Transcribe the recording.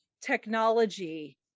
technology